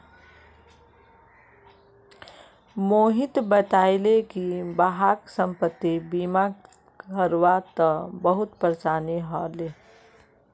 मोहित बताले कि वहाक संपति बीमा करवा त बहुत परेशानी ह ले